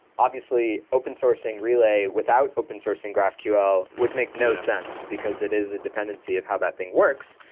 obviously, open-sourcing relay without open-sourcing graphql would make no sense because it is a dependency of how that thing works,